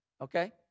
okay